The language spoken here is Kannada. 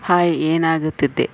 ಹಾಯ್ ಏನಾಗುತ್ತಿದ್ದೆ